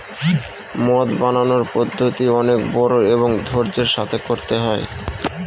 মদ বানানোর পদ্ধতি অনেক বড়ো এবং ধৈর্য্যের সাথে করতে হয়